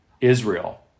Israel